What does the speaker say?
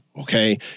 okay